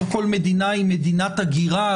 לא כל מדינה היא מדינת הגירה,